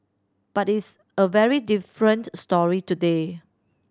but it's a very different story today